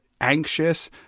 anxious